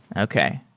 okay.